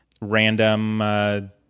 random